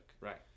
Right